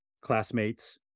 classmates